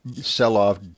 sell-off